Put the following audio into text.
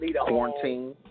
Quarantine